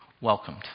welcomed